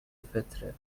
فطره